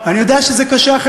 אני אנסה לקצר ולתת